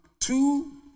two